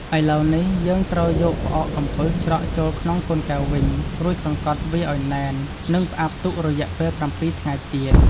ឥឡូវនេះ យើងត្រូវយកផ្អកកំពឹសច្រកចូលក្នុងកូនកែវវិញ រួចសង្កត់វាឱ្យណែន និងផ្អាប់ទុករយៈពេល៧ថ្ងៃទៀត។